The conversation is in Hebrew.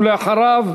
ולאחריו,